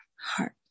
heart